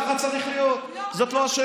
שוות, וככה צריך להיות, זאת לא השאלה.